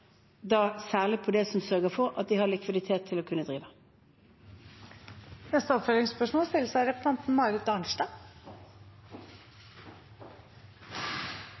særlig de som sørger for at de har likviditet til å kunne drive. Marit Arnstad – til oppfølgingsspørsmål.